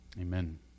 Amen